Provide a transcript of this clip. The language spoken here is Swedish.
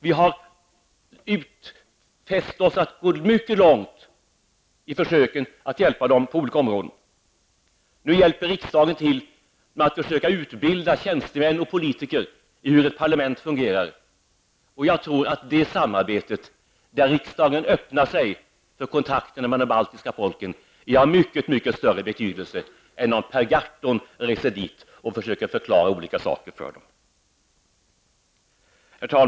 Vi har utfäst oss att gå mycket långt i försöket att hjälpa dem på olika områden. Just nu hjälper riksdagen till med att försöka utbilda tjänstemän och politiker i hur parlamentet fungerar. Jag tror att det samarbetet, där riksdagen öppnar sig för kontakter med de baltiska folken, är av mycket större betydelse än att Per Gahrton reser dit och försöker förklara olika saker för dem.